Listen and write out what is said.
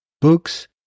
books